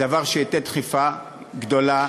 דבר שייתן דחיפה גדולה